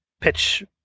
pitch